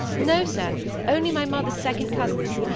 no, sir only my mother's second-cousins.